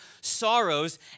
sorrows